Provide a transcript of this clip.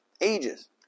ages